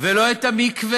ולא את המקווה,